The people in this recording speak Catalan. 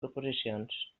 proposicions